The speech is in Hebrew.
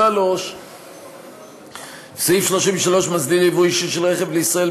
3. סעיף 33 מסדיר יבוא אישי של רכב לישראל,